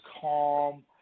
calm